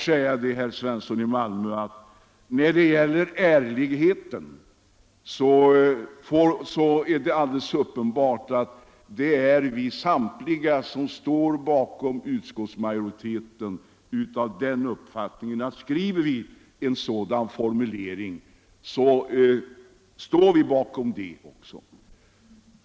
När det gäller ärlighet, herr Svensson, så är det alldeles uppenbart att samtliga som står bakom utskottsmajoriteten har den uppfattningen att om vi skriver på det här sättet så står vi också bakom den formuleringen.